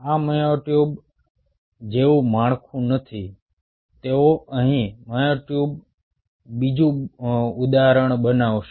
આ મ્યોટ્યુબ જેવું માળખું નથી તેઓ અહીં મ્યોટ્યુબનું બીજું ઉદાહરણ બનાવશે